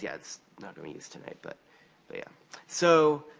yeah it's not gonna be used tonight, but yeah. so,